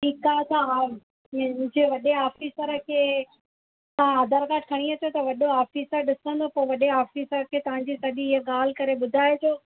ठीकु आहे त मुंहिजे वॾे ऑफिसर खे तव्हां आधार कार्ड खणी अचो त वॾो ऑफिसर ॾिसंदो पोइ वॾे ऑफिसर खे तव्हांजी सॼी ईअं ॻाल्हि करे ॿुधाइजो